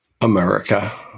America